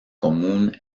común